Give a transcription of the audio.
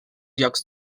llocs